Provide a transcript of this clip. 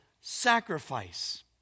sacrifice